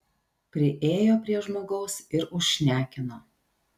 priėjo prie žmogaus ir užšnekino